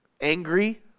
Angry